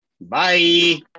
Bye